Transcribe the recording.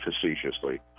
facetiously